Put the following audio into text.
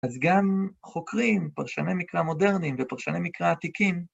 אז גם חוקרים, פרשני מקרא מודרניים ופרשני מקרא עתיקים,